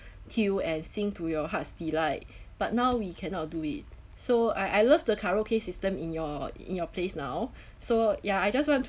tune and sing to your heart's delight but now we cannot do it so I I love the karaoke system in your in your place now so ya I just want to